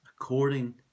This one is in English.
according